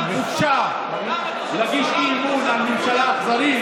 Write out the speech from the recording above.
אבל בושה להגיש אי-אמון על ממשלה אכזרית